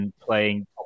Playing